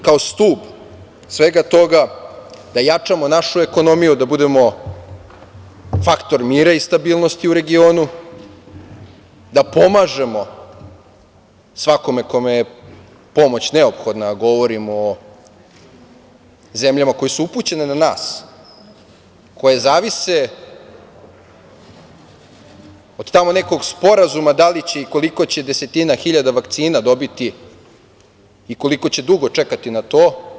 Kao stub svega toga da jačamo i našu ekonomiju, da budemo faktor mira i stabilnosti u regionu, da pomažemo svakome kome je pomoć neophodna, a govorim o zemljama koje su upućene na nas, koje zavise od tamo nekog sporazuma da li će i koliko će desetina hiljada vakcina dobiti i koliko će dugo čekati na to.